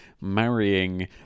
marrying